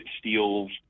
steals